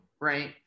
right